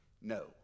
no